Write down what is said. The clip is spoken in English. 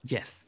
Yes